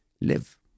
live